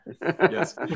Yes